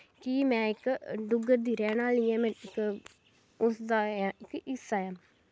की में इक डुग्गर दा रैह्मन आह्ली ऐं में उस उस दा ऐ हिस्सा ऐं